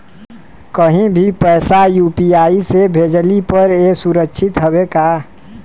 कहि भी पैसा यू.पी.आई से भेजली पर ए सुरक्षित हवे का?